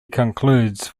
concludes